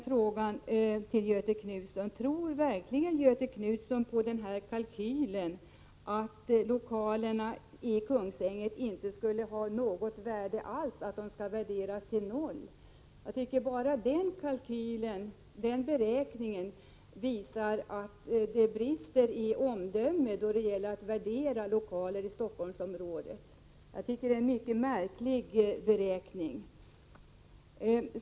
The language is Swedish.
Jag vill då fråga: Tror verkligen Göthe Knutson på denna kalkyl som uppger att lokalerna i Kungsängen inte skulle ha något värde alls, att de skall värderas till noll? Den beräkningen visar att det brister i omdöme då det gäller att värdera lokaler i Stockholmsområdet. Det är en mycket märklig beräkning.